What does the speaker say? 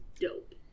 dope